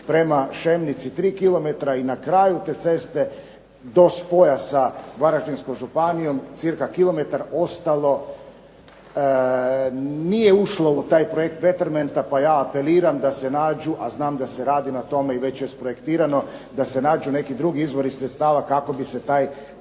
prema Šemnici 3 km i na kraju te ceste do spoja sa Varaždinskom županijom cca km ostalo nije ušlo u taj projekt Bettermenta pa ja apeliram da se nađu, a znam da se radi na tome i već je isprojektirano, da se nađu neki drugi izvori sredstava kako bi se taj